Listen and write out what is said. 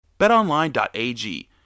BetOnline.ag